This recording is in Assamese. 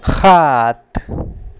সাত